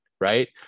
right